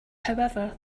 however